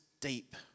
deep